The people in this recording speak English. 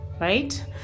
right